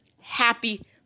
happy